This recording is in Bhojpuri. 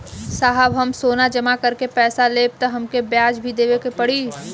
साहब हम सोना जमा करके पैसा लेब त हमके ब्याज भी देवे के पड़ी?